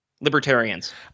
Libertarians